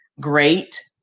great